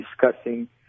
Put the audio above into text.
discussing